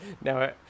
now